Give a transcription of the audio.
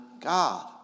God